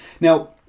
Now